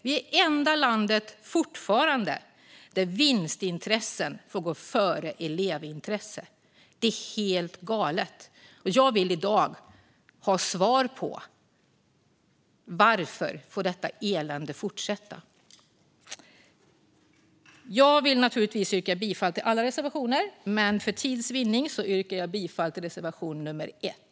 Vi är fortfarande det enda landet där vinstintressen får gå före elevintressen. Det är helt galet, och jag vill i dag ha svar på varför detta elände får fortsätta. Jag vill naturligtvis yrka bifall till alla reservationer, men för tids vinnande yrkar jag bifall endast till reservation nummer 1.